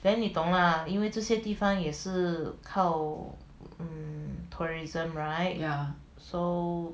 ya